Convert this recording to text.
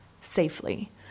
safely